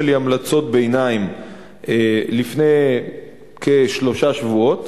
לי המלצות ביניים לפני כשלושה שבועות.